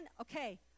okay